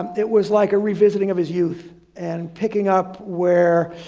it was like a revisiting of his youth and picking up where.